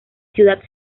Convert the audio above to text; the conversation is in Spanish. ciudad